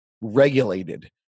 regulated